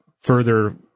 further